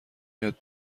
یاد